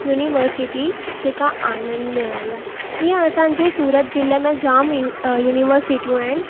university जेका आनंद में आई आहे ईअं असांजे सूरत ज़िले में जामु ई युनिवर्सिटियूं आहिनि